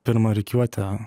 pirmą rikiuotę